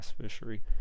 fishery